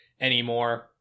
anymore